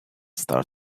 start